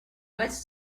much